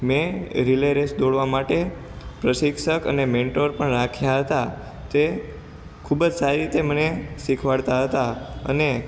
મેં relay race દોડવા માટે પ્રશિક્ષક અને મેન્ટોર પણ રાખ્યા હતા તે ખૂબ જ સારી રીતે મને શીખવાડતા હતા અને